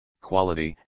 quality